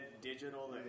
digital